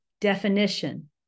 definition